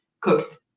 cooked